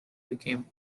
became